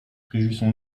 réjouissons